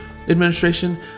administration